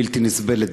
בלתי נסבלת.